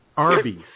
Arby's